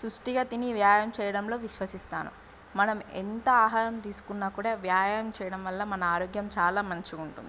సుష్టిగా తిని వ్యాయామం చేయడంలో విశ్వసిస్తాను మనం ఎంత ఆహారం తీసుకున్నా కూడా వ్యాయామం చేయడం వల్ల మన ఆరోగ్యం చాలా మంచిగా ఉంటుంది